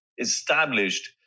established